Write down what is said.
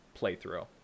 playthrough